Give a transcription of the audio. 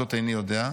זאת איני יודע.